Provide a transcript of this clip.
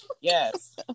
Yes